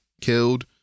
killed